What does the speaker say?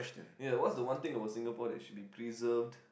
ya what's the one thing about Singapore that should be preserved